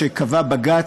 שקבע בג"ץ.